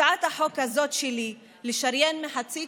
הצעת החוק הזאת שלי לשריין מחצית